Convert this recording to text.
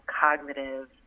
cognitive